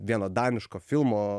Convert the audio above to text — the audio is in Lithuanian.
vieno daniško filmo